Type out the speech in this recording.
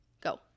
Go